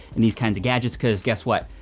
and these kinds of gadgets because guess what?